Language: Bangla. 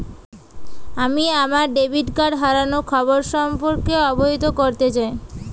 আমি আমার ডেবিট কার্ড হারানোর খবর সম্পর্কে অবহিত করতে চাই